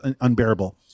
unbearable